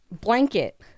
blanket